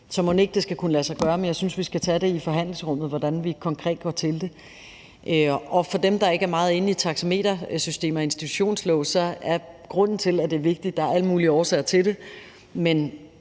de ting, Venstre spiller ind med, men jeg synes, vi skal tage i forhandlingsrummet, hvordan vi konkret går til det. Og for dem, der ikke er meget inde i taxametersystem og institutionslove, vil jeg sige, at grunden til, at det er vigtigt – der er alle mulige årsager til det